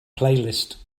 playlist